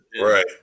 Right